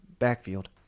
backfield